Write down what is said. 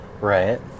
right